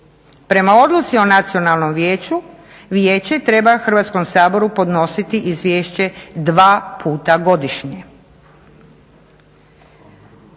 Prema odluci o nacionalnom vijeću vijeće treba Hrvatskom saboru podnositi izvješće dva puta godišnje.